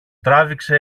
τράβηξε